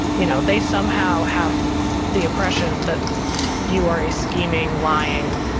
you know they somehow have the impression that you are a scheming, lying,